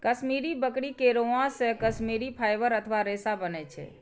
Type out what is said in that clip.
कश्मीरी बकरी के रोआं से कश्मीरी फाइबर अथवा रेशा बनै छै